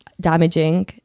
damaging